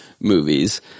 movies